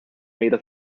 mejda